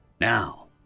Now